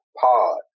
Pod